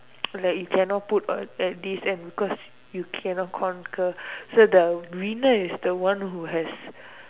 like you cannot put at this uh cause you cannot conquer so the winner is the one who has